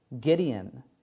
Gideon